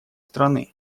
страны